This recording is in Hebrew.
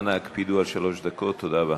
אנא הקפידו על שלוש דקות, תודה רבה.